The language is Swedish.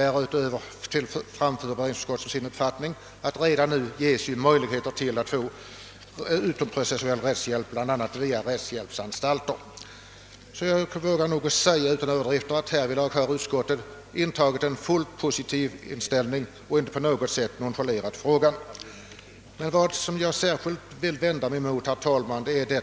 Härutöver vill utskottet erinra om redan föreliggande möjligheter att erhålla utomprocessuell rättshjälp bl.a. via rättshjälpsanstalter.» Jag vågar utan att överdriva påstå att utskottet härvidlag har visat en fullt positiv inställning och inte på något sätt nonchalerat frågan. Vad jag särskilt vill vända mig emot, herr talman, är